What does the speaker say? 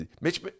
Mitch